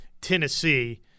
Tennessee